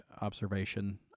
observation—